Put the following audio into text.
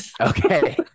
Okay